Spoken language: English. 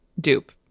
dupe